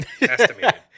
Estimated